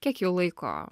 kiek jau laiko